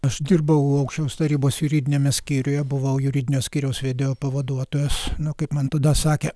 aš dirbau aukščiausios tarybos juridiniame skyriuje buvau juridinio skyriaus vedėjo pavaduotojas na kaip man tada sakė